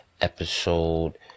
episode